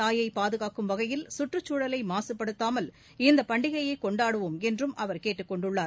தாயை பாதுகாக்கும் வகையில் சுற்றுச்சூழலை மாசுப்படுத்தாமல் இப்பண்டிகையை பூமி கொண்டாடுவோம் என்றும் அவர் கேட்டுக்கொண்டுள்ளார்